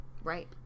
Right